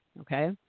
Okay